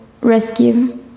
rescue